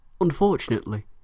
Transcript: Unfortunately